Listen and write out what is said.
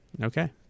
okay